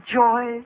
joy